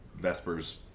Vesper's